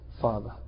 father